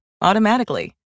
automatically